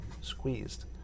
squeezed